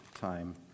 time